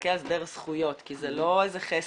להסתכל על זה דרך זכויות כי זה לא איזה חסד,